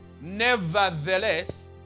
Nevertheless